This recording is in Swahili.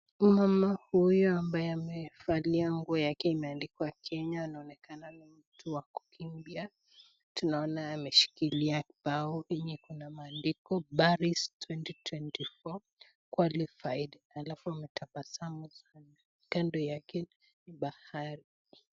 Mama huyo ambaye amevalia nguo yake ya Kenya anaonekana ameshikilia bao liko na maandishi Paris 2024 Qualified alafu ametabasamu sana. Kando yake bahari .